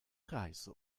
reise